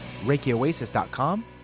ReikiOasis.com